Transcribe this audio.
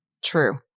True